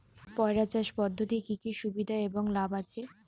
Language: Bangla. পয়রা চাষ পদ্ধতির কি কি সুবিধা এবং লাভ আছে?